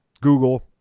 google